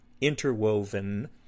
interwoven –